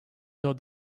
though